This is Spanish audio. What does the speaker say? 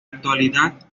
actualidad